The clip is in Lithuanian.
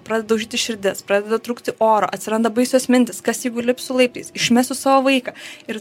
pradeda daužytis širdis pradeda trūkti oro atsiranda baisios mintys kas jeigu lipsiu laiptais išmesiu savo vaiką ir